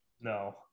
No